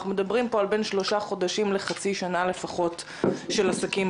אנחנו מדברים פה על בין שלושה חודשים ולחצי שנה לפחות של עסקים.